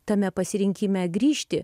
tame pasirinkime grįžti